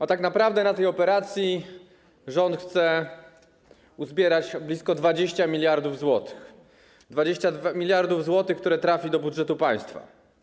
A tak naprawdę na tej operacji rząd chce uzbierać blisko 20 mld zł - 20 mld zł, które trafi do budżetu państwa.